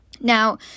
Now